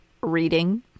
reading